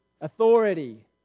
Authority